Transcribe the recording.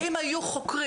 אם היו חוקרים,